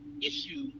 issue